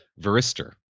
varistor